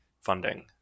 funding